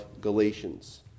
Galatians